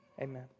Amen